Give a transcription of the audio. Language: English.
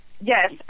Yes